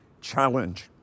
Challenge